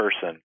person